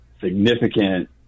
significant